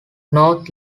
north